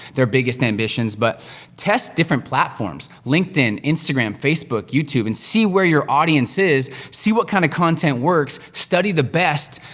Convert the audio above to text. their biggest ambitions. but test different platforms, linkedin, instagram, facebook, youtube, and see where your audience is, see what kinda content works, study the best,